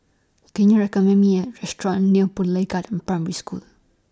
Can YOU recommend Me A Restaurant near Boon Lay Garden Primary School